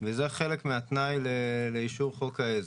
וזה חלק מהתנאי לאישור חוק העזר.